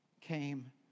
came